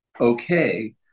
okay